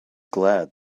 glad